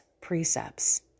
precepts